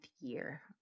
year